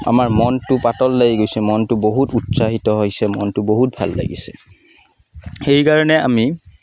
আমাৰ মনটো পাতল লাগি গৈছে মনটো বহুত উৎসাহিত হৈছে মনটো বহুত ভাল লাগিছে সেইকাৰণে আমি